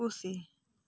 ᱠᱩᱨᱥᱤ